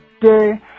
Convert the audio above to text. day